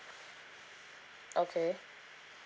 okay